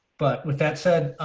but with that said,